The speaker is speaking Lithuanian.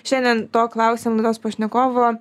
šiandien to klausim laidos pašnekovo